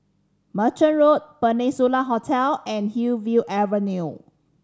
Merchant Road Peninsula Hotel and Hillview Avenue